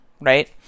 right